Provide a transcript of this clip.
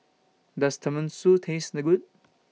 Does Tenmusu Taste Good